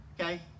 okay